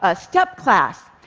ah step class,